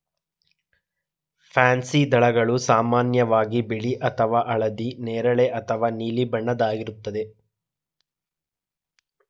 pansy ದಳಗಳು ಸಾಮಾನ್ಯವಾಗಿ ಬಿಳಿ ಅಥವಾ ಹಳದಿ ನೇರಳೆ ಅಥವಾ ನೀಲಿ ಬಣ್ಣದ್ದಾಗಿರುತ್ವೆ